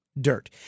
Dirt